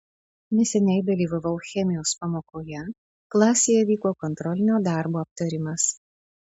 neseniai dalyvavau chemijos pamokoje klasėje vyko kontrolinio darbo aptarimas